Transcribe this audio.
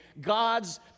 god's